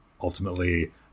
ultimately